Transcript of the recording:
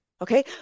Okay